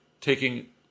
taking